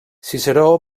ciceró